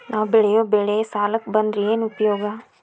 ನಾವ್ ಬೆಳೆಯೊ ಬೆಳಿ ಸಾಲಕ ಬಂದ್ರ ಏನ್ ಉಪಯೋಗ?